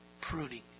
pruning